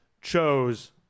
chose